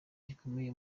gikomeye